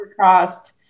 cost